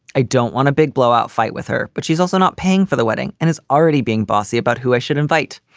i don't want a big blow out fight with her, but she's also not paying for the wedding and is already being bossy about who i should invite.